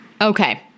Okay